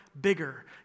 bigger